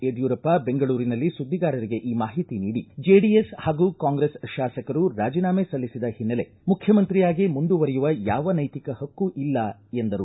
ಯಡ್ಕೂರಪ್ಪ ಬೆಂಗಳೂರಿನಲ್ಲಿ ಸುದ್ಲಿಗಾರರಿಗೆ ಈ ಮಾಹಿತಿ ನೀಡಿ ಜೆಡಿಎಸ್ ಹಾಗೂ ಕಾಂಗ್ರೆಸ್ ಶಾಸಕರು ರಾಜಿನಾಮೆ ಸಲ್ಲಿಸಿದ ಹಿನ್ನೆಲೆ ಮುಖ್ಯಮಂತ್ರಿಯಾಗಿ ಮುಂದಿವರೆಯುವ ಯಾವ ನೈತಿ ಹಕ್ಕೂ ಇಲ್ಲ ಎಂದರು